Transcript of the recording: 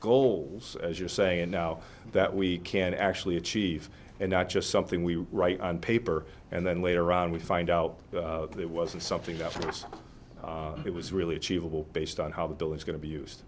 goals as you're saying now that we can actually achieve and not just something we write on paper and then later on we find out that it wasn't something that it was really achievable based on how the bill is going to be used